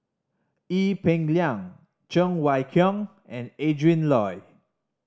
Ee Peng Liang Cheng Wai Keung and Adrin Loi